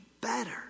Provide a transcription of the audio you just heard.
better